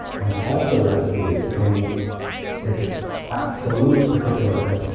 and salsa recipes in its absolute particular thing.